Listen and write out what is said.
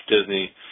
Disney